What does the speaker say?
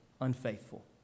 unfaithful